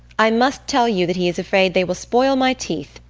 i must tell you that he is afraid they will spoil my teeth.